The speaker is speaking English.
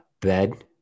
bed